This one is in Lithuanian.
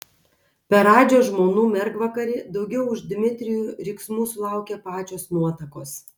per radžio žmonų mergvakarį daugiau už dmitrijų riksmų sulaukė pačios nuotakos